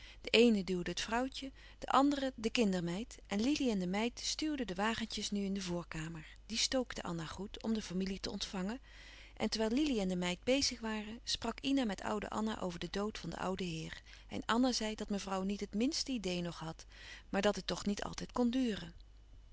de eene duwde het vrouwtje de andere de kindermeid en lili en de meid stuwden de wagentjes nu in de voorkamer die stookte anna goed om de familie te ontvangen en terwijl lili en de meid bezig waren sprak ina met oude anna over den dood van den ouden heer en anna zei dat mevrouw niet het minste idee nog had maar dat het toch niet altijd kon duren